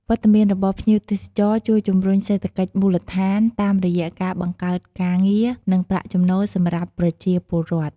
វត្តមានរបស់ភ្ញៀវទេសចរជួយជំរុញសេដ្ឋកិច្ចមូលដ្ឋាន តាមរយៈការបង្កើតការងារ និងប្រាក់ចំណូលសម្រាប់ប្រជាពលរដ្ឋ។